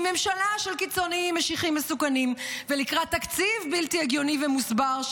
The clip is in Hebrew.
עם ממשלה של קיצוניים משיחיים מסוכנים ולקראת תקציב בלתי הגיוני ומוסבר,